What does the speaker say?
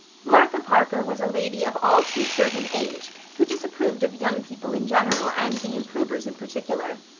martha parker was a lady of all too certain age who disapproved of young people in general and the improvers in particular.